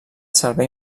servei